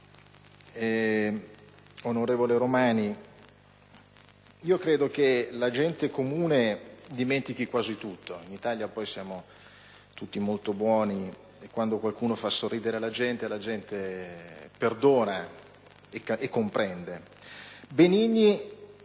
Presidente, onorevole Romani, credo che la gente comune dimentichi quasi tutto. In Italia, poi, siamo tutti molto buoni e, quando qualcuno fa sorridere, la gente perdona e comprende. Benigni